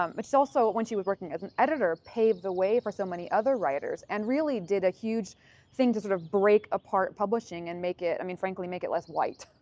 um but she was also when she was working as an editor, paved the way for so many other writers and really did a huge thing to sort of break apart publishing and make it, i mean frankly make it less white.